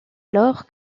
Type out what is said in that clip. alors